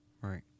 Right